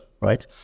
right